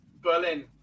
Berlin